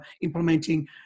implementing